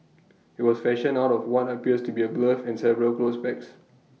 IT was fashioned out of what appears to be A glove and several clothes pegs